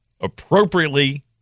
appropriately